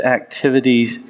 activities